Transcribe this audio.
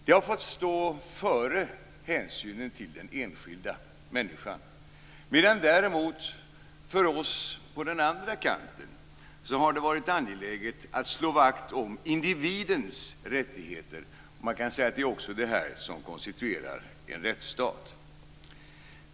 Det har fått gå före hänsynen till den enskilda människan. För oss på den andra kanten har det däremot varit angeläget att slå vakt om individens rättigheter. Man kan säga att det är det som konstituerar en rättsstat.